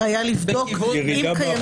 היה לבדוק אם קיימים --- אבל באיזה כיוון?